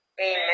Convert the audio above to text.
amen